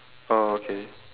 oh okay